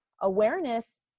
awareness